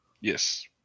Yes